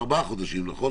ארבעה חודשים נכון?